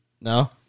No